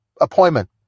appointment